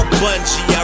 bungee